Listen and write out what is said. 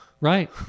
Right